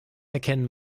erkennen